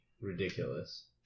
ridiculous